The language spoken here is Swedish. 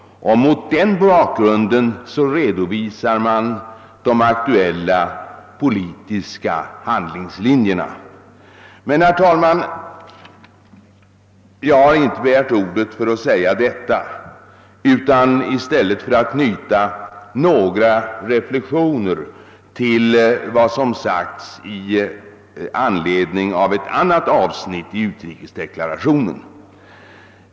Mot den bakgrunden redovisar man de aktuella politiska handlingslinjerna. Jag har emellertid inte, herr talman, begärt ordet för att säga detta utan för att i stället knyta några reflexioner till vad som sagts i anledning av ett annat avsnitt i utrikesdeklarationen.